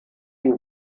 die